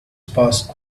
sparse